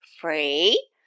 free